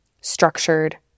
structured